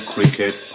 Cricket